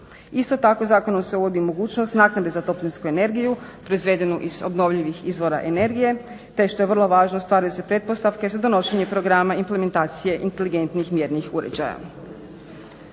Isto tako zakonom se uvodi mogućnost naknade za toplinsku energiju proizvedenu iz obnovljivih izvora energije, te što je vrlo važno stvaraju se pretpostavke za donošenje programa implementacije inteligentnih mjernih uređaja.